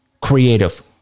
Creative